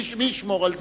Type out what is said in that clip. מי ישמור על זה?